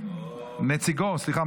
סליחה,